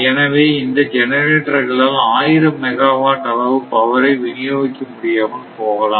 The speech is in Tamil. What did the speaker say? எனவே இந்த ஜெனரேட்டர் களால் ஆயிரம் மெகாவாட் அளவு பவரை விநியோகிக்க முடியாமல் போகலாம்